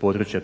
područje …